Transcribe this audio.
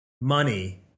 money